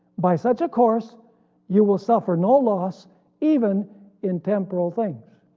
by such a course you will suffer no loss even in temporal things.